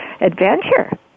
adventure